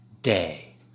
day